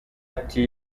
ati